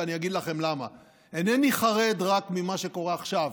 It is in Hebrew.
ואני אגיד לכם למה: אינני חרד רק ממה שקורה עכשיו